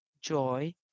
joy